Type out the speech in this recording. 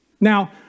Now